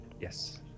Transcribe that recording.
Yes